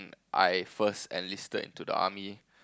I first enlisted into the army